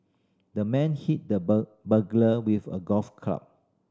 the man hit the burglar with a golf club